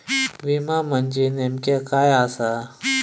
विमा म्हणजे नेमक्या काय आसा?